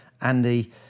Andy